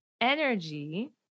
energy